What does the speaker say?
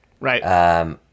Right